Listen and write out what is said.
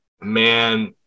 man